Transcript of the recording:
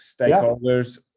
stakeholders